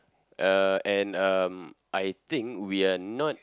uh and um I think we are not